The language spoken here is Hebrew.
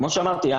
כמו שאמרתי,